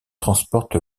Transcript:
transporte